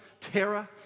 terror